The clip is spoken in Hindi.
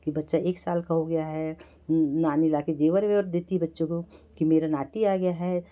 कि बच्चा एक साल का हो गया है नानी लाके ज़ेवर वेवर देती है बच्चे को कि मेरा नाती आ गया है